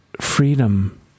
freedom